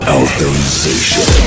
authorization